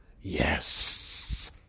yes